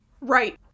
right